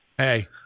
Hey